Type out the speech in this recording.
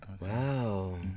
Wow